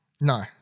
No